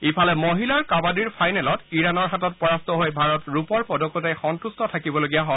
ইফালে মহিলাৰ কাবাডীৰ ফাইনেলত ইৰানৰ হাতত পৰাস্ত হৈ ভাৰত ৰূপৰ পদকতে সন্তট্ থাকিবলগীয়া হয়